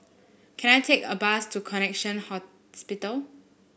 can I take a bus to Connexion Hospital